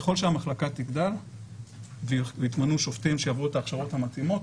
ככל המחלקה תגדל ויתמנו שופטים שעברו את ההכשרות המתאימות,